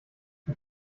die